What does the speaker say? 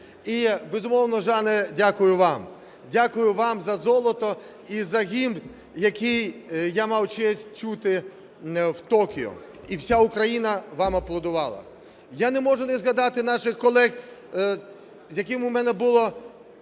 І, безумовно, Жане, дякую вам, дякую вам за золото і за гімн, який я мав честь чути в Токіо і вся Україна вам аплодувала. Я не можу не згадати наших колег, з якими в мене була